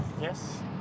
Yes